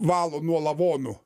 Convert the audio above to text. valo nuo lavonų